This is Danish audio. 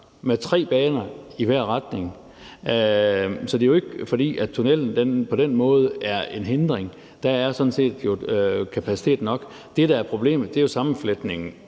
med tre baner i hver retning. Så det er jo ikke, fordi tunnellen på den måde er en hindring. Der er jo sådan set kapacitet nok. Det, der er problemet, er jo sammenfletningen.